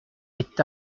est